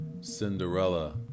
Cinderella